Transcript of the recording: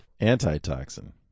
antitoxin